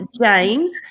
James